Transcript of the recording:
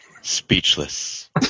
Speechless